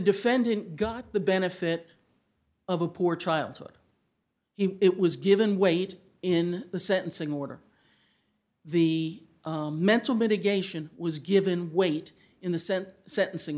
defendant got the benefit of a poor childhood it was given weight in the sentencing order the mental mitigation was given weight in the sense sentencing